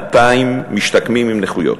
2,200 משתקמים עם נכויות.